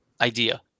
idea